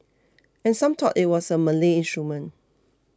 and some thought it was a Malay instrument